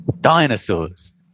dinosaurs